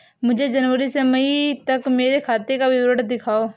मुझे जनवरी से मई तक मेरे खाते का विवरण दिखाओ?